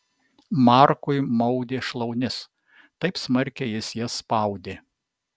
markui maudė šlaunis taip smarkiai jis jas spaudė